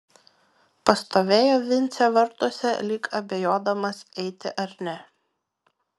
pastovėjo vincė vartuose lyg abejodamas eiti ar ne